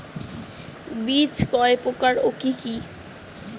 বীজ কয় প্রকার ও কি কি?